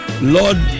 Lord